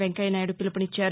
వెంకయ్యనాయుడు పిలుపునిచ్చారు